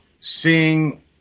seeing